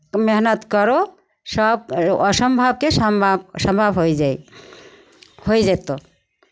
मेहनत करो सभ असम्भवकेँ सम्भव सम्भव होय जाइ होइ जयतहु